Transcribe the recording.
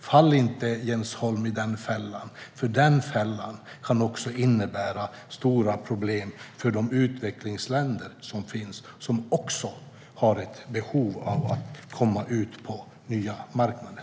Fall inte i den fällan, Jens Holm! Den fällan kan innebära stora problem för utvecklingsländer som också har behov av att komma ut på nya marknader.